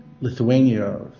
Lithuania